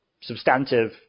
substantive